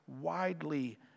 widely